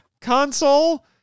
console